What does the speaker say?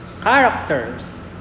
characters